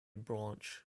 branch